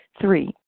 Three